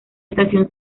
estación